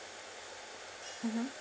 mmhmm